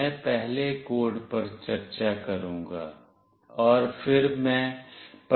मैं पहले कोड पर चर्चा करूंगा और फिर मैं प्रदर्शन करूंगा